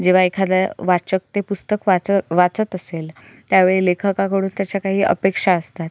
जेव्हा एखादा वाचक ते पुस्तक वाचं वाचत असेल त्यावेळी लेखकाकडून त्याच्या काही अपेक्षा असतात